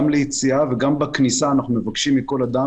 גם ליציאה וגם אנחנו מבקשים מכל אדם